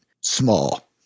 small